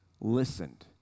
listened